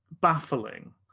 Baffling